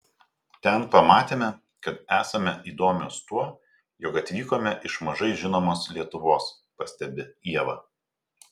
ten pamatėme kad esame įdomios tuo jog atvykome iš mažai žinomos lietuvos pastebi ieva